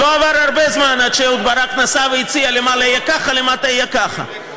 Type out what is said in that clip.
לא עבר הרבה זמן עד שאהוד ברק נסע והציע: למעלה יהיה ככה,